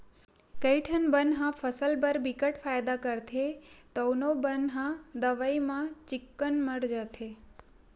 कइठन बन ह फसल बर बिकट फायदा करथे तउनो बन ह दवई म चिक्कन मर जाथे